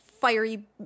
fiery